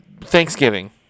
Thanksgiving